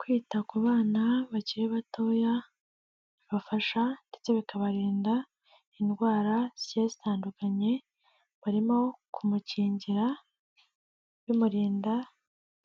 Kwita ku bana bakiri batoya bibafasha ndetse bikabarinda indwara zigiye zitandukanye. Barimo kumukingira, bimurinda